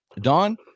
don